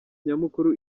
nyamukuru